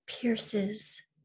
pierces